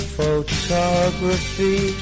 photography